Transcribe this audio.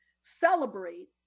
celebrate